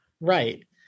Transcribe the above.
Right